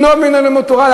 למנוע ממנו לימוד תורה,